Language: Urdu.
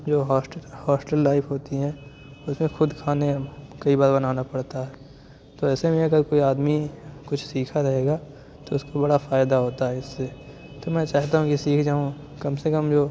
جو ہاسٹل ہاسٹل لائف ہوتی ہیں اس میں خود کھانے کئی بار بنانا پڑتا ہے تو ایسے میں اگر کوئی آدمی کچھ سیکھا رہے گا تو اس کو بڑا فائدہ ہوتا ہے اس سے تو میں چاہتا ہوں یہ سیکھ جاؤں کم سے کم جو